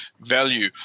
value